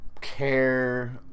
care